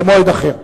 במועד אחר.